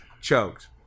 choked